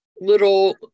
little